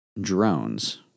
drones